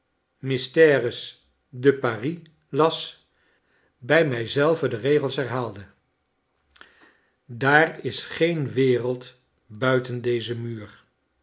e paris las bij mij zelven de regels herhaalde daar is geen wereld buiten dezen muur